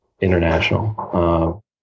international